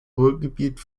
ruhrgebiet